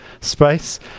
space